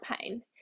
pain